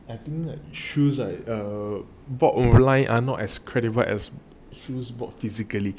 I know that shoes bought online are not as creditable as shoes bought physically